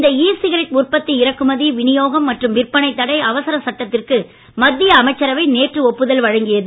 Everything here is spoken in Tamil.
இந்த இ சிகரெட் உற்பத்தி இறக்குமதி வினியோகம் மற்றும் விற்பனை தடை அவசர சட்டத்திற்கு மத்திய அமைச்சரவை நேற்று ஒப்புதல் வழங்கியது